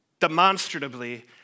demonstrably